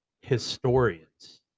historians